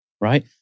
right